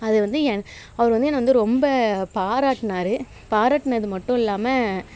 அது வந்து அவர் வந்து என்னை வந்து ரொம்ப பாராட்டினாரு பாராட்டினது மட்டும் இல்லாமல்